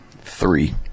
three